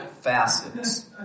facets